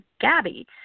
Gabby